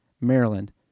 Maryland